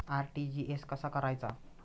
RTGS कसा करायचा?